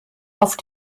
auf